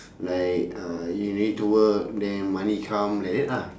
like uh you don't need to work then money come like that lah